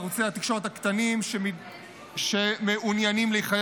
ערוצי התקשורת הקטנים שמעוניינים להיכלל